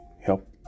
help